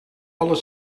alle